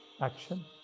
action